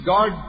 God